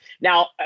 Now